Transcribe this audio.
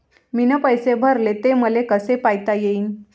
मीन पैसे भरले, ते मले कसे पायता येईन?